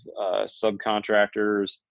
subcontractors